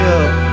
up